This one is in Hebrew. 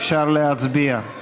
אפשר להצביע.